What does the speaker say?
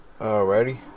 Alrighty